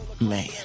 man